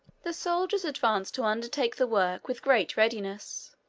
the soldiers advanced to undertake the work with great readiness.